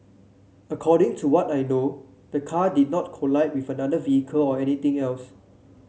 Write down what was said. according to what I know the car did not collide with another vehicle or anything else